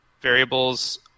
variables